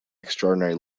extraordinary